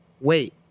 wait